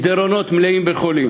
מסדרונות, מלאים בחולים.